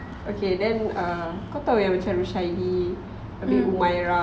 okay then um kau tahu yang macam rushaidi abeh humaira